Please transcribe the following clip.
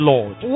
Lord